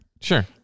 sure